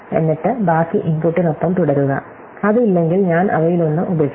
എന്നിട്ട് ബാക്കി ഇൻപുട്ടിനൊപ്പം തുടരുക അത് ഇല്ലെങ്കിൽ ഞാൻ അവയിലൊന്ന് ഉപേക്ഷിക്കണം